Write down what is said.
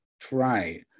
try